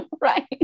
Right